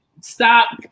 Stop